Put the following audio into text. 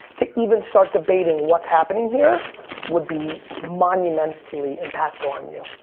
to even start debating what's happening here would be monumentally impactful on you.